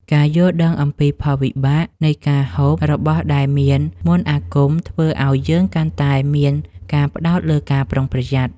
ការយល់ដឹងអំពីផលវិបាកនៃការហូបរបស់ដែលមានមន្តអាគមធ្វើឱ្យយើងកាន់តែមានការផ្ដោតលើការប្រុងប្រយ័ត្ន។